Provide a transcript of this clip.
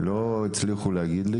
הם לא הצליחו להגיד לי,